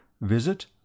visit